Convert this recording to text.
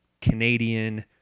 canadian